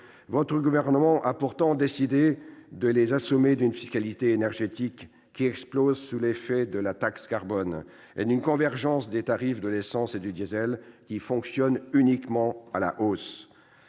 Votre gouvernement a pourtant décidé de les assommer avec une fiscalité énergétique qui explose sous l'effet de la taxe carbone et d'une convergence des tarifs de l'essence et du diesel qui fonctionne uniquement à la hausse.